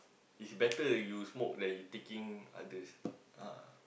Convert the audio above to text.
it's better you smoke than you taking others ah